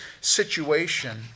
situation